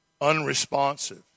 unresponsive